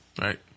Right